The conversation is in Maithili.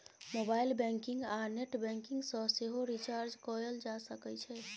मोबाइल बैंकिंग आ नेट बैंकिंग सँ सेहो रिचार्ज कएल जा सकै छै